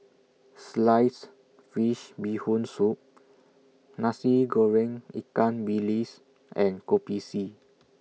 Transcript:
Sliced Fish Bee Hoon Soup Nasi Goreng Ikan Bilis and Kopi C